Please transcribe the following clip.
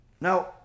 now